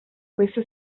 questa